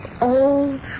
Old